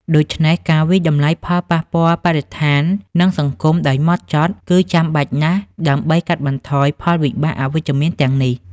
ដួច្នេះការវាយតម្លៃផលប៉ះពាល់បរិស្ថាន និងសង្គមដោយហ្មត់ចត់ គឺចាំបាច់ណាស់ដើម្បីកាត់បន្ថយផលវិបាកអវិជ្ជមានទាំងនេះ។